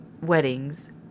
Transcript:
weddings